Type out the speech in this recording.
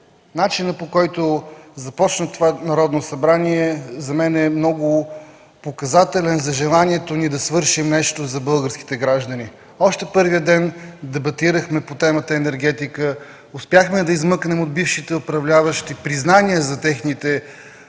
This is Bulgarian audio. начинът, по който започна това Народно събрание, според мен е много показателен за желанието ни да свършим нещо за българските граждани. Още в първия ден дебатирахме по темата „Енергетика”, успяхме да измъкнем от бившите управляващи признание за техните големи